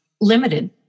limited